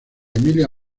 emilia